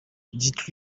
dites